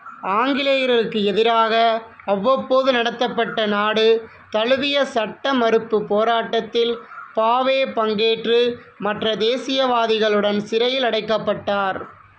ஆங்கிலேயர்களுக்கு எதிராக அவ்வப்போது நடத்தப்பட்ட நாடு தழுவிய சட்ட மறுப்பு போராட்டத்தில் பாவே பங்கேற்று மற்ற தேசியவாதிகளுடன் சிறையில் அடைக்கப்பட்டார்